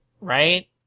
right